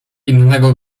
innego